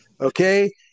Okay